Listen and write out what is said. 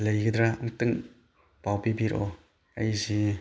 ꯂꯩꯒꯗ꯭ꯔꯥ ꯑꯃꯨꯛꯇꯪ ꯄꯥꯎ ꯄꯤꯕꯤꯔꯛꯑꯣ ꯑꯩꯁꯤ